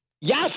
Yes